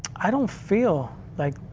i don't feel like,